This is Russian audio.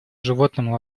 животным